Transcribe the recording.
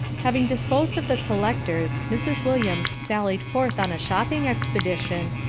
having disposed of the collectors, mrs. williams sallied forth on a shopping expedition,